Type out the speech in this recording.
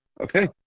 Okay